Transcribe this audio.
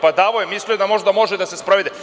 Pa, davao je, mislio je da možda može da se sprovede.